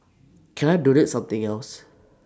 can I donate something else